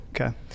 Okay